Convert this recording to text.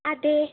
അതെ